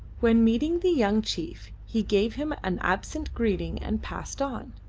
when meeting the young chief he gave him an absent greeting and passed on,